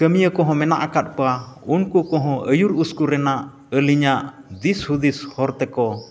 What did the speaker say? ᱠᱟᱹᱢᱤᱭᱟᱹ ᱠᱚᱦᱚᱸ ᱢᱮᱱᱟᱜ ᱟᱠᱟᱫ ᱠᱚᱣᱟ ᱩᱱᱠᱩ ᱠᱚᱦᱚᱸ ᱟᱹᱭᱩᱨ ᱩᱥᱠᱩᱨ ᱨᱮᱱ ᱟᱞᱤᱧᱟᱜ ᱫᱤᱥᱦᱩᱫᱤᱥ ᱦᱚᱨ ᱛᱮᱠᱚ